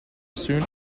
soon